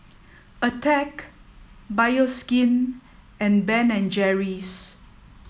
attack Bioskin and Ben and Jerry's